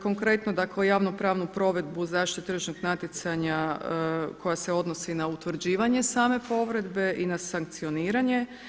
Konkretno dakle javno-pravnu provedbu zaštite tržišnog natjecanja koja se odnosi na utvrđivanje same povrede i na sankcioniranje.